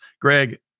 Greg